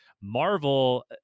marvel